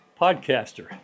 Podcaster